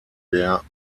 der